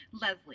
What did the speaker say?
Leslie